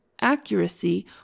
accuracy